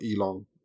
Elon